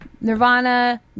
Nirvana